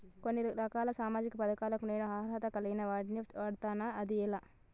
కొన్ని రకాల సామాజిక పథకాలకు నేను అర్హత కలిగిన వాడిని అవుతానా? అది ఎలా?